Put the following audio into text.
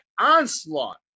Onslaught